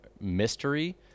mystery